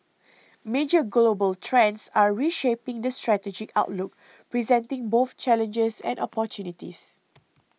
major global trends are reshaping the strategic outlook presenting both challenges and opportunities